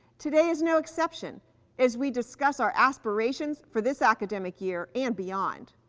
today is no exception as we discuss our aspirations for this academic year and beyond.